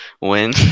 win